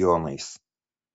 jonais